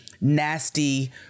nasty